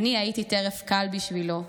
אני הייתי טרף קל בשבילו,